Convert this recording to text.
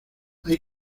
hay